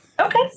Okay